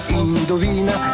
indovina